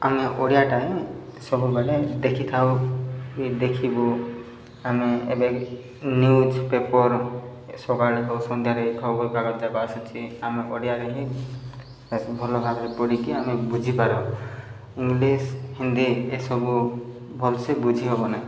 ଆମେ ଓଡ଼ିଆଟା ସବୁବେଳେ ଦେଖିଥାଉ କି ଦେଖିବୁ ଆମେ ଏବେ ନ୍ୟୁଜ୍ ପେପର୍ ସକାଳେ ଓ ସନ୍ଧ୍ୟାରେ ଖବର କାଗଜ ଯାକ ଆସୁଛି ଆମେ ଓଡ଼ିଆରେ ହିଁ ଭଲ ଭାବରେ ପଢ଼ିକି ଆମେ ବୁଝିପାରୁ ଇଂଲିଶ୍ ହିନ୍ଦୀ ଏସବୁ ଭଲସେ ବୁଝି ହବ ନାହିଁ